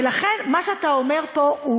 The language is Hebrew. מה שאתה אומר פה,